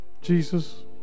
Jesus